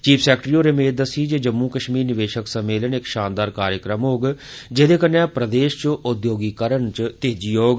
chief secretary होरें मेद दस्सी जे जम्मू कश्मीर निवेशक सम्मेलन इक शानदार कार्यक्रम होग जेहदे कन्नै प्रदेश च उद्योगीकरण च तेजी औग